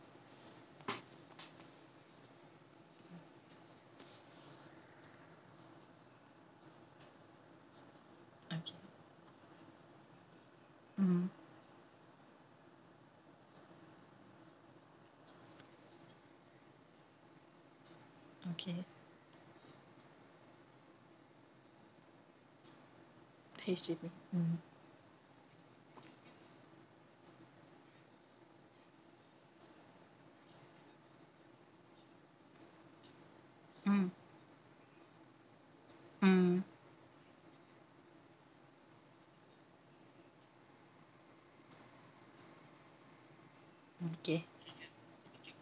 okay mmhmm okay H_D_B mm mm mm okay